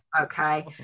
Okay